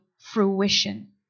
fruition